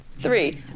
three